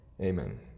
Amen